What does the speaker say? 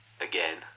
again